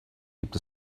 gibt